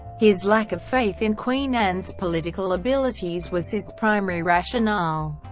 his lack of faith in queen anne's political abilities was his primary rationale.